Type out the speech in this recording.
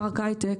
פארק ההיי-טק